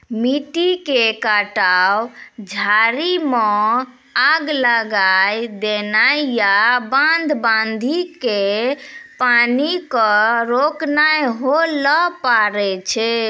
मिट्टी के कटाव, झाड़ी मॅ आग लगाय देना या बांध बांधी कॅ पानी क रोकना होय ल पारै छो